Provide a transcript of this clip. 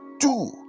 Two